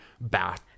bat